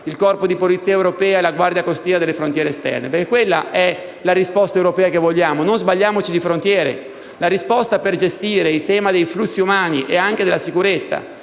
il Corpo di polizia europea e la Guardia costiera delle frontiere esterne, perché quella è la risposta europea che vogliamo. Non sbagliamo obiettivo in materia di frontiere: la risposta per gestire il tema dei flussi umani e anche la sicurezza